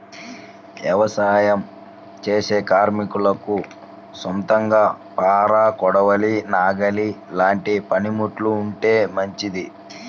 యవసాయం చేసే కార్మికులకు సొంతంగా పార, కొడవలి, నాగలి లాంటి పనిముట్లు ఉంటే మంచిది